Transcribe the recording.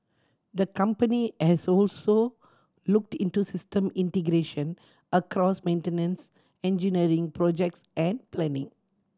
the company has also looked into system integration across maintenance engineering projects and planning